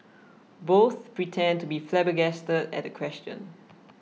both pretend to be flabbergasted at the question